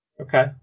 Okay